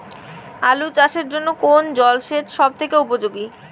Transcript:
আলু চাষের জন্য কোন জল সেচ সব থেকে উপযোগী?